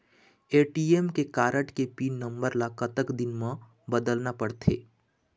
ATM card के PIN number ला कतक दिन म बदलना पड़थे?